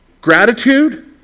Gratitude